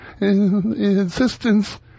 insistence